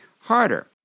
harder